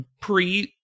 Pre